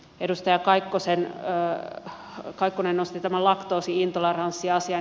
edustaja kaikkonen nosti tämän laktoosi intoleranssi asian